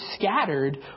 scattered